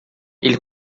ele